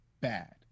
bad